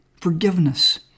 forgiveness